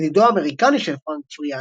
ידידו האמריקני של פרנק פריאן,